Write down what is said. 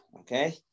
okay